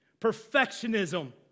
perfectionism